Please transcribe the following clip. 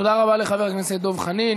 תודה רבה לחבר הכנסת דב חנין.